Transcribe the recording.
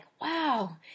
wow